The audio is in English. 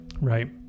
Right